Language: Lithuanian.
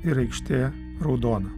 ir aikštė raudona